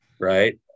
right